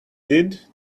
did